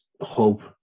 hope